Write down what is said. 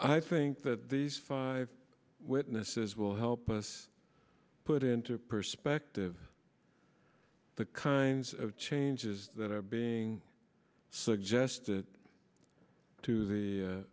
i think that these five witnesses will help us put into perspective the kinds of changes that are being suggested to the